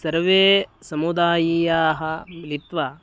सर्वे समुदायीयाः मिलित्वा